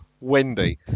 Wendy